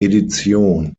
edition